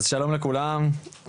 שלום לכולם,